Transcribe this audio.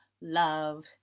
love